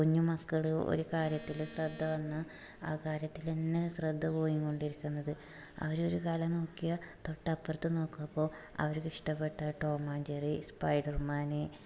കുഞ്ഞുമക്കൾ ഒരു കാര്യത്തിൽ ശ്രദ്ധ വന്നാൽ ആ കാര്യത്തിലന്നെ ശ്രദ്ധ പോയി കൊണ്ടിരിക്കുന്നത് അവരൊരു കാര്യം നോക്കിയാൽ തൊട്ടപ്പുറത്ത് നോക്കുമ്പോൾ അവർക്ക് ഇഷ്ടപെട്ട Tom and Jerry spider man